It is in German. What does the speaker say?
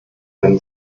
beim